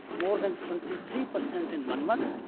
more than twenty three per cent in monmouth,